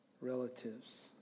relatives